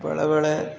ବେଳେବେଳେ